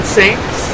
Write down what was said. saints